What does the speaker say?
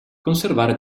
conservare